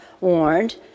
warned